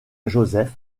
joseph